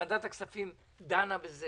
ועדת הכספים דנה בזה